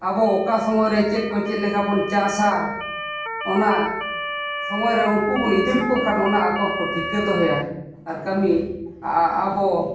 ᱟᱵᱚ ᱚᱠᱟ ᱥᱚᱢᱚᱭ ᱨᱮ ᱪᱮᱫ ᱠᱚ ᱪᱮᱫ ᱞᱮᱠᱟᱵᱚᱱ ᱪᱟᱥᱟ ᱚᱱᱟ ᱥᱚᱢᱚᱭᱨᱮ ᱩᱱᱠᱩ ᱵᱚᱱ ᱤᱫᱤ ᱞᱮᱠᱚ ᱠᱷᱟᱱ ᱚᱱᱟ ᱟᱠᱚ ᱠᱚ ᱴᱷᱤᱠᱟᱹ ᱫᱚᱦᱚᱭᱟ ᱟᱨ ᱠᱟᱹᱢᱤ ᱟᱵᱚ